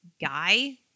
guy